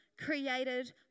created